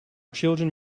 children